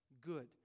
Good